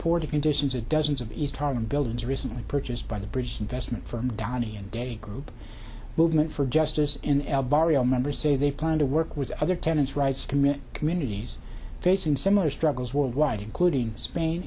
poor conditions at dozens of east harlem buildings recently purchased by the british investment firm dani and de group movement for justice in el barrio members say they plan to work with other tenants rights to commit communities facing similar struggles worldwide including spain